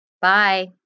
Bye